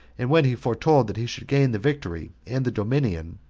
and when he foretold that he should gain the victory and the dominion,